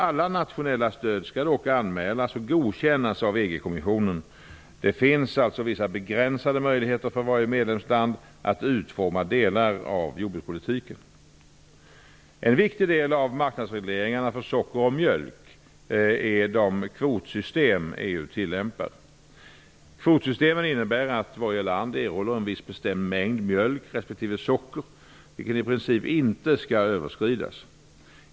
Alla nationella stöd skall dock anmälas och godkännas av EG kommissionen. Det finns alltså vissa begränsade möjligheter för varje medlemsland att utforma delar av jordbrukspolitiken. En viktig del av marknadsregleringarna för socker och mjölk är de kvotsystem EU tillämpar. Kvotsystemen innebär att varje land erhåller en viss bestämd mängd mjölk respektive socker, vilken i princip inte skall överskridas.